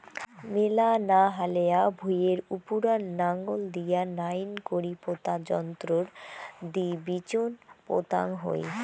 মেলা না হালেয়া ভুঁইয়ের উপুরা নাঙল দিয়া নাইন করি পোতা যন্ত্রর দি বিচোন পোতাং হই